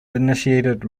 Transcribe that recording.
initiated